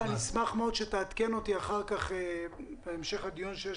אני אשמח מאוד שתעדכן אותי בהמשך הדיון שיש